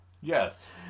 Yes